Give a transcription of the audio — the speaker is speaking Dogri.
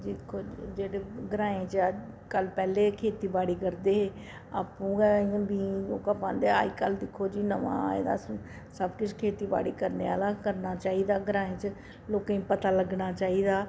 दिक्खो जेह्ड़े ग्राएं च अज्जकल पैह्ले खेती बाड़ी करदे हे आपूं गै इ'यां बीऽ जोह्का पांदे हे दिक्खो जी अज्जकल नमां आए दा सब किश खेती बाड़ी करने आह्ला करना चाहिदा ग्राएं च लोकें गी पता लगना चाहिदा